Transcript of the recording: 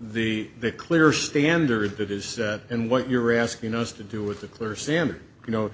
was the clear standard that is and what you're asking us to do with a clear standard you know